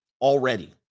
already